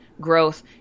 growth